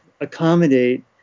accommodate